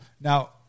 Now